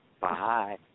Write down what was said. bye